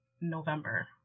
November